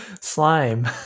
slime